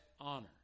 honor